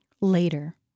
Later